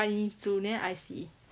but 你煮 then I 洗